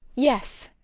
yes,